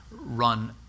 run